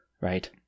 Right